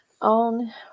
on